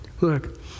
Look